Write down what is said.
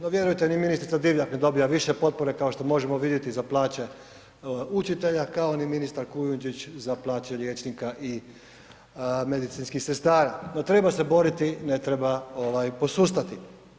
No vjerujte, ni ministrica Divjak ne dobiva više potpore kao što možemo vidjeti za plaće učitelja, kao ni ministar Kujundžić za plaće liječnika i medicinskih sestara, no treba se boriti, ne treba posustati.